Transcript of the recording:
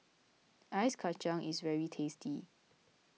Ice Kachang is very tasty